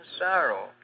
sorrow